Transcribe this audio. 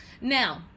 Now